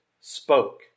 spoke